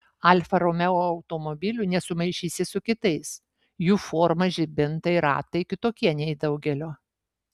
alfa romeo automobilių nesumaišysi su kitais jų forma žibintai ratai kitokie nei daugelio